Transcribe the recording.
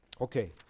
Okay